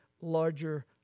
larger